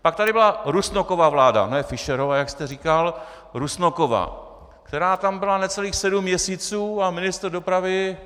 Pak tady byla Rusnokova vláda, ne Fischerova, jak jste říkal, která tam byla necelých sedm měsíců a ministr dopravy